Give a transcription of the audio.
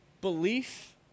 Belief